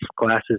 classes